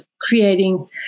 creating